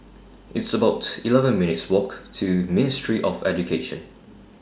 It's about eleven minutes' Walk to Ministry of Education